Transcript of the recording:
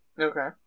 Okay